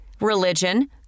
religion